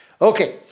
Okay